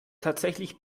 tatsächlich